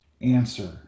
answer